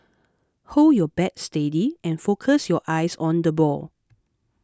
hold your bat steady and focus your eyes on the ball